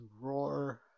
roar